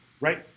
right